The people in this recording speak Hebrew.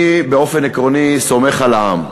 אני באופן עקרוני סומך על העם,